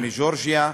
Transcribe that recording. מגאורגיה.